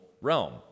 realm